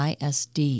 ISD